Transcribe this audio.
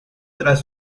tras